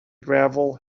gravel